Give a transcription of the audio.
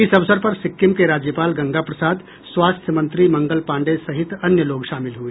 इस अवसर पर सिक्किम के राज्यपाल गंगा प्रसाद स्वास्थ्य मंत्री मंगल पाण्डेय सहित अन्य लोग शामिल हुए